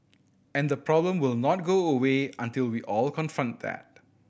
and the problem will not go away until we all confront that